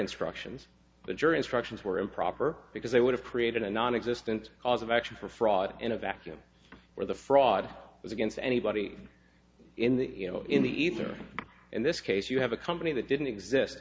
instructions the jury instructions were improper because they would have created a nonexistent cause of action for fraud in a vacuum where the fraud was against anybody in the in the even in this case you have a company that didn't exist